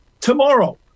tomorrow